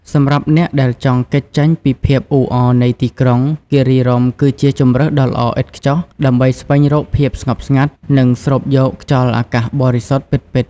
សម្រាប់អ្នកដែលចង់គេចចេញពីភាពអ៊ូអរនៃទីក្រុង គិរីរម្យគឺជាជម្រើសដ៏ល្អឥតខ្ចោះដើម្បីស្វែងរកភាពស្ងប់ស្ងាត់ និងស្រូបយកខ្យល់អាកាសបរិសុទ្ធពិតៗ។